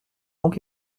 donc